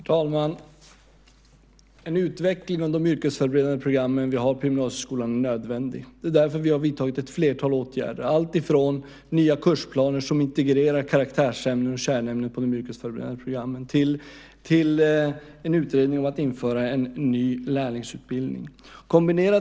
Herr talman! En utveckling av de yrkesföreberedande programmen på gymnasieskolan är nödvändig. Det är därför vi har vidtagit ett flertal åtgärder alltifrån nya kursplaner som integrerar karaktärsämnen och kärnämnen i de yrkesförberedande programmen till en utredning om att införa en ny lärlingsutbildning.